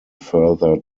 further